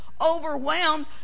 overwhelmed